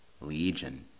Legion